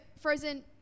frozen